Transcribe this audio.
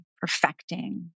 perfecting